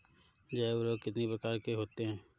जैव उर्वरक कितनी प्रकार के होते हैं?